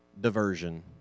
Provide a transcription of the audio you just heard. diversion